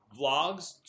vlogs